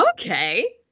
okay